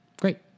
Great